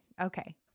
okay